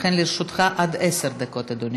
לכן, לרשותך עד עשר דקות, אדוני.